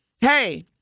hey